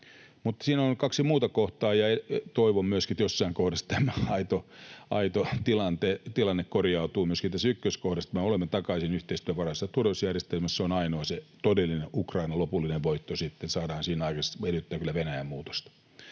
mutta siinä on kaksi muuta kohtaa, ja toivon myöskin, että jossain kohdassa tämä aito tilanne korjautuu myöskin tässä ykköskohdassa, niin että me olemme takaisin yhteistyövaraisessa turvallisuusjärjestelmässä. Se ainoa todellinen Ukrainan lopullinen voitto sitten saadaan siinä aikaiseksi, mutta se edellyttää kyllä Venäjän muutosta.